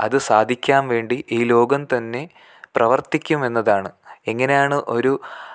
അത് സാധിക്കാൻ വേണ്ടി ഈ ലോകം തന്നെ പ്രവൃത്തിക്കും എന്നതാണ് എങ്ങനെയാണ് ഒരു